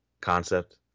concept